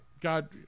God